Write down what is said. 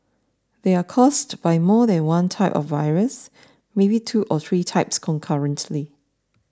they are caused by more than one type of virus maybe two or three types concurrently